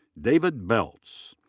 david beltz.